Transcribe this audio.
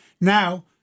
Now